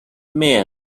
meant